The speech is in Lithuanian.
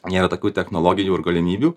nėra tokių technologijų ir galimybių